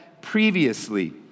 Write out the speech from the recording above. previously